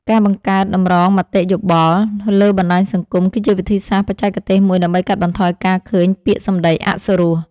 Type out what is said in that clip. ការបង្កើត តម្រងមតិយោបល់ លើបណ្ដាញសង្គម គឺជាវិធីសាស្ត្របច្ចេកទេសមួយដើម្បីកាត់បន្ថយការឃើញពាក្យសម្ដីអសុរស។